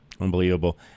Unbelievable